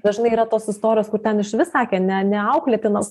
dažnai yra tos istorijos kur ten išvis sakė ne neauklėtinas